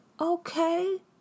Okay